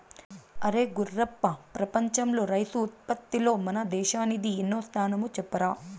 అరే గుర్రప్ప ప్రపంచంలో రైసు ఉత్పత్తిలో మన దేశానిది ఎన్నో స్థానమో చెప్పరా